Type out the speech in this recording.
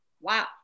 wow